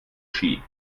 ski